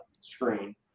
screen